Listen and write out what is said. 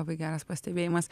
labai geras pastebėjimas